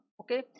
okay